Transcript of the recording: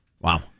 Wow